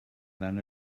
than